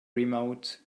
remote